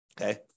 Okay